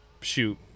shoot